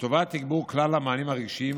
לטובת תגבור כלל המענים הרגשיים,